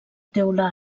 teula